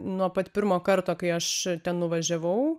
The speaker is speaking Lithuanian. nuo pat pirmo karto kai aš ten nuvažiavau